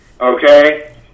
okay